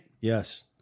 Yes